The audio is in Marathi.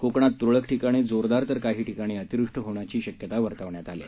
कोकणात तूरळक ठिकाणी जोरदार तर काही ठिकाणी अतिवृष्टी होण्याची शक्यता वर्तवण्यात आली आहे